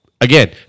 again